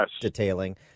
detailing